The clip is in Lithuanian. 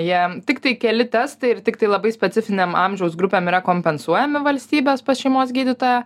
jie tiktai keli testai ir tiktai labai specifinėm amžiaus grupėm yra kompensuojami valstybės pas šeimos gydytoją